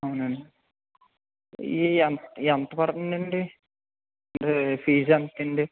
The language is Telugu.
అవును అండి ఈ ఎంత ఎంత పడతుంది అండి ఇదీ ఫీజ్ ఎంత అండి